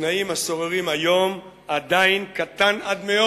שבתנאים השוררים היום עדיין קטן עד מאוד